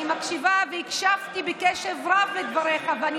אני מקשיבה והקשבתי בקשב רב לדבריך ואני